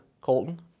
Colton